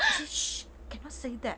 shh cannot say that